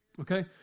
Okay